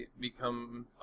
become